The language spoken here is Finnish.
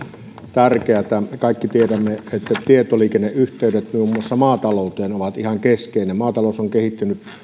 tärkeätä kaikki tiedämme että tietoliikenneyhteydet muun muassa maatalouteen ovat ihan keskeisiä maatalous on kehittynyt